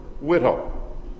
widow